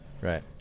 Right